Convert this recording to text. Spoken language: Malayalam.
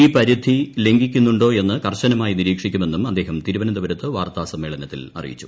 ഈ പരിധി ലംഘിക്കുന്നുണ്ടോയെന്ന് കർശനമായി നിരീക്ഷിക്കുമെന്നും അദ്ദേഹം തിരുവനന്തപുരത്ത് വാർത്ത സമ്മേളനത്തിൽ അറിയിച്ചു